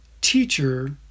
Teacher